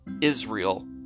Israel